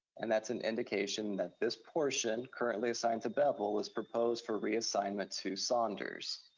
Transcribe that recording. and that's an indication that this portion, currently assigned to beville, is proposed for reassignment to saunders.